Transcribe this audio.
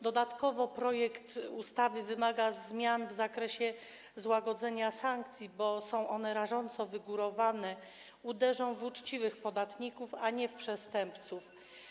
Dodatkowo projekt ustawy wymaga zmian w zakresie złagodzenia sankcji, bo są one rażąco wygórowane i uderzą w uczciwych podatników, a nie w przestępców.